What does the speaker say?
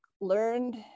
learned